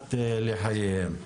ומקלט לחייהם.